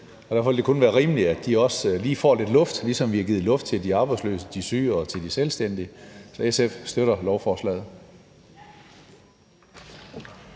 derfor vil det kun være rimeligt, at de også lige får lidt luft, ligesom vi har givet luft til de arbejdsløse, til de syge og de selvstændige. Så SF støtter lovforslaget.